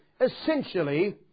essentially